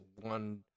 one